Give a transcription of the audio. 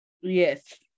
Yes